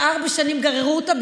שארבע שנים גררו אותה,